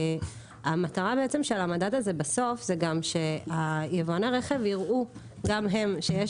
המטרה של המדד הזה בסוף זה גם שיבואני הרכב יראו גם הם שיש